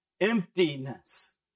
Emptiness